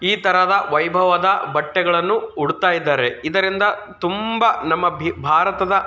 ಈ ಥರದ ವೈಭವದ ಬಟ್ಟೆಗಳನ್ನು ಉಡ್ತಾ ಇದ್ದಾರೆ ಇದರಿಂದ ತುಂಬ ನಮ್ಮ ಭಿ ಭಾರತದ